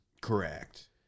Correct